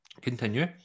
Continue